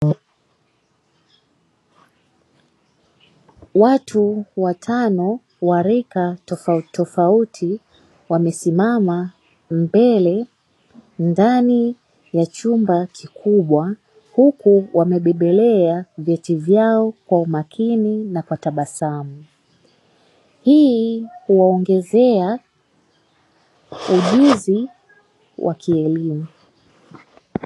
Watu watano wa rika tofauti tofauti wamesimama mbele ndani ya chumba kikubwa huku wamebebelea vyeti vyao kwa umakini na kwa tabasamu, hii huwaongezea ujuzi wa kielimu.